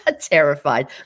terrified